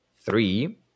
three